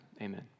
amen